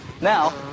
Now